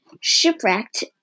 shipwrecked